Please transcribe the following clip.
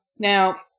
Now